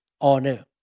honor